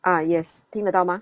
ah yes 听得到吗